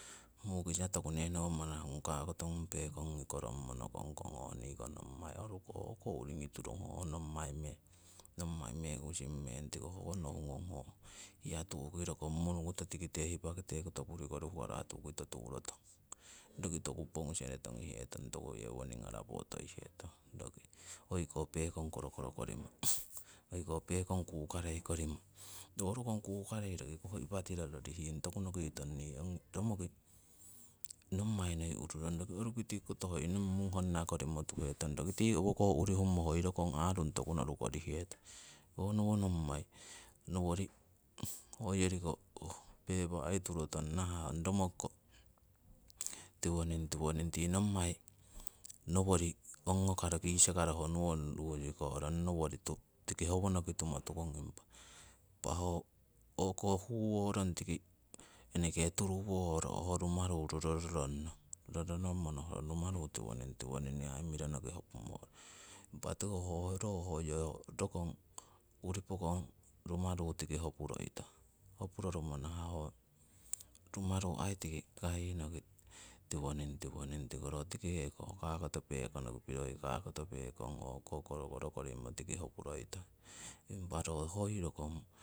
Mukisa toku nenowo manah ngung kakoto ngung pekongi koro'mo nokong kong oh niko nommai oruko hoko uringi turong ho nommai meng. Nommai mekusing meng tiko hoko nohun'ong hoko hiyatu'ki rokong munukoto tikite hipakite koto purikori hukarah tu'ki totu'rotong. Roki toku pongusere tongihetong, toku yewoning arapo toihetong roki hoiko pekong korokoro korimo, hoiko pekong kukarei korimo ho rokong kukarei roki koho ipatiro rorihing toku nokitong romoki nommai noi ururong, roki roruki tikoto hoi nong mung honna korimotuhetong, roki tii owokoh urii humo hoi rokong aarung toku noru korihetong. Honowo nommai nowori hoyoriko pepa aii turotong nahah ong romokiko tiwoning, tiwoning, tii nommai nowori ongokaro kisakaro nowori rusikorong, nowori tiki howonoki tumotukong, impa ho o'ko huuworong tiki eneki turuworo ho rumaru roro rongnong, roro rongmo no'rong rumaru tiwoning tiwoning ngawah nii aii mironoki hopumorong. Impa tiko ro hoyo rokong urii pokong rumaru tiki hopuroitong, hopuroro nahah ho rumaru aii tiki kahihno roki tiwoning tiko ro tiki heko kakoto pekono piro hoi kakoto pekong o'ko korokoro korimo tiki hopuroitong. Impa ro hoi rokong